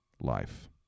life